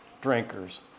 drinkers